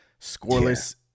scoreless